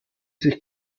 sich